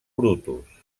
brutus